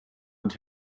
und